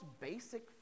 basic